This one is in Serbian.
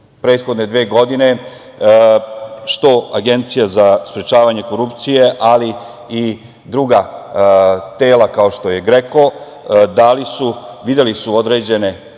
prethodne dve godine, što Agencija za sprečavanje korupcije, ali i druga tela kao što je GREKO, videli su određene